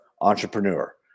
entrepreneur